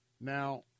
Now